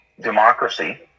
democracy